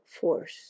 force